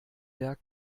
der